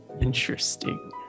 interesting